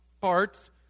parts